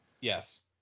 Yes